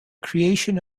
creation